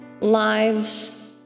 lives